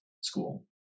school